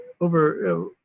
over